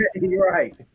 Right